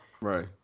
Right